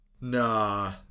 Nah